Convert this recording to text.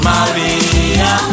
Maria